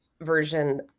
version